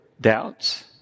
doubts